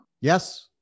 Yes